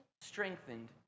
strengthened